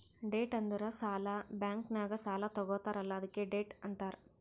debt ಅಂದುರ್ ಸಾಲ, bank ನಾಗ್ ಸಾಲಾ ತಗೊತ್ತಾರ್ ಅಲ್ಲಾ ಅದ್ಕೆ ಡೆಟ್ ಅಂತಾರ್